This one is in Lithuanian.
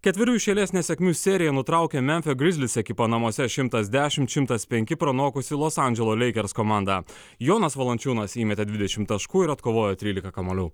ketverių iš eilės nesėkmių seriją nutraukė memfio grizlis ekipa namuose šimtas dešimt šimtas penki pranokusi los andželo leikers komandą jonas valančiūnas įmetė dvidešimt taškų ir atkovojo tryliką kamuolių